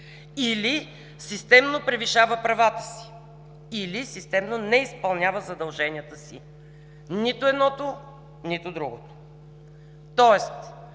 Или системно превишава правата си, или системно не изпълнява задълженията си. Нито едното, нито другото. Тоест,